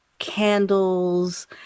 candles